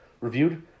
reviewed